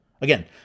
Again